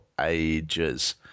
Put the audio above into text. ages